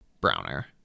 Browner